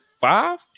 five